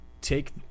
take